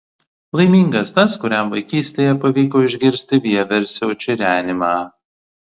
laimingas tas kuriam vaikystėje pavyko išgirsti vieversio čirenimą